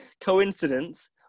coincidence